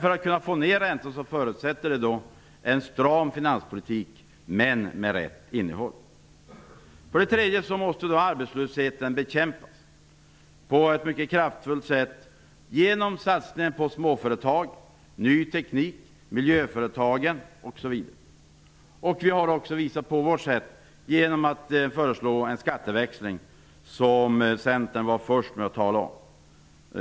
För att räntorna skall kunna sänkas förutsätts en stram finanspolitik, men en finanspolitik med rätt innehåll. För det tredje måste arbetslösheten bekämpas på ett mycket kraftfullt sätt, genom satsningar på småföretag, ny teknik, miljöföretag, osv. Vi har också i det här sammanhanget föreslagit en skatteväxling, något som Centern var först med att tala om.